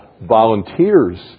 volunteers